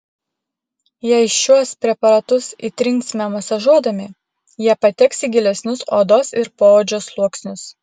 jei šiuos preparatus įtrinsime masažuodami jie pateks į gilesnius odos ir poodžio sluoksnius